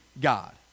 God